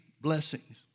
blessings